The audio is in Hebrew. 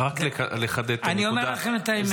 אני אומר לכם את האמת.